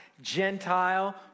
Gentile